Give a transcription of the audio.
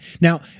Now